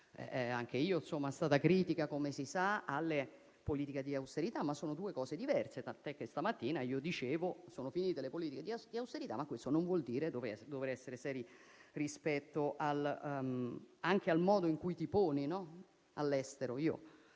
come sono stata critica anch'io si sa - verso le politiche di austerità, ma sono due cose diverse, tant'è che stamattina dicevo che sono finite le politiche di austerità, ma questo non vuol dire non essere seri anche rispetto al modo in cui ci si pone all'estero.